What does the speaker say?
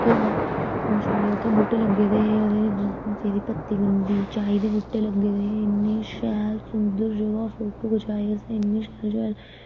उत्थे दा ते छड़े उत्थे बूह्टे लग्गे दे हे ओह्दे जेह्दी पत्ती बनदी चाय दे बूहटे लग्गे दे हे इन्ने शैल सुंदर जगह फोटो खचाए असें इन्ने शैल शैल